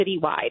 citywide